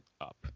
up